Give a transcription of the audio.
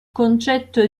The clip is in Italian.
concetto